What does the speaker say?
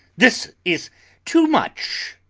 this is too much!